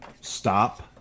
stop